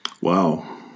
Wow